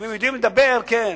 אם הם יודעים לדבר, כן.